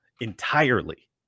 entirely